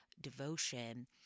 devotion